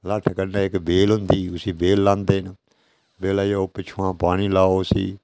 लट्ठ कन्नै इक बेल हुंदी उस्सी बेल लांदे न फ्ही पिछुआं पानी लाओ उस्सी